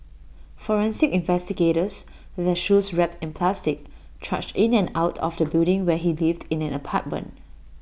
forensic investigators their shoes wrapped in plastic trudged in and out of the building where he lived in an apartment